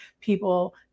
people